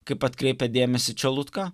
kaip atkreipia dėmesį čelutka